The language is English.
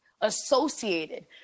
associated